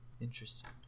Interesting